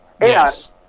Yes